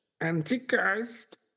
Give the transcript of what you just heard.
Antichrist